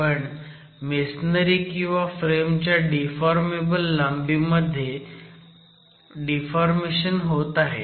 पण मेसनरी किंवा फ्रेम च्या डिफॉर्मेबल लांबी मध्येच डिफॉर्मेशन होत आहे